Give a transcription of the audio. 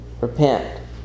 Repent